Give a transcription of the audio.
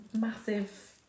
massive